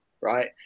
right